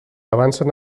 avancen